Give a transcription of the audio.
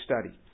study